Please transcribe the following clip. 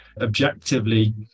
objectively